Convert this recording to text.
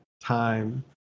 time